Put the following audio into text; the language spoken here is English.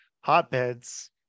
hotbeds